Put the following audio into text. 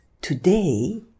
Today